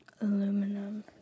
Aluminum